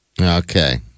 Okay